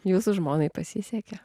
jūsų žmonai pasisekė